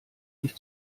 sich